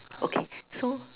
okay so